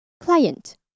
client